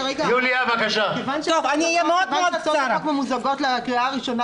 כיוון שהצעות החוק ממוזגות לקריאה הראשונה,